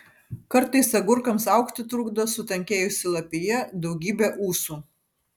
kartais agurkams augti trukdo sutankėjusi lapija daugybė ūsų